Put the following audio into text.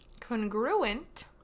congruent